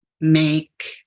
make